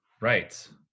Right